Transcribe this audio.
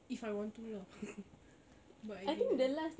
if I want to lah but I didn't